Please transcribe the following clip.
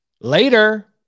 later